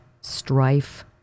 strife